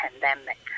pandemic